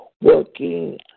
working